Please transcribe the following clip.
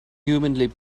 humanly